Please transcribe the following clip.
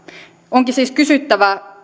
onkin siis kysyttävä